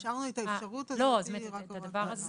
השארנו את האפשרות הזאת רק להוראת מעבר.